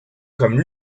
comme